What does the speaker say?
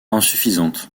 insuffisante